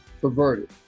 perverted